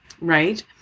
Right